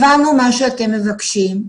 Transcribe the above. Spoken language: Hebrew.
הבנו מה שאתם מבקשים,